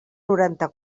noranta